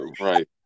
right